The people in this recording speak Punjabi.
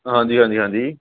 ਹਾਂਜੀ ਹਾਂਜੀ ਹਾਂਜੀ